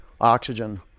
oxygen